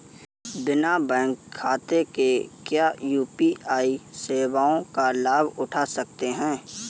बिना बैंक खाते के क्या यू.पी.आई सेवाओं का लाभ उठा सकते हैं?